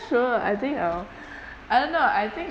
sure I think I'll I don't know I think